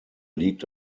liegt